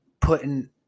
putting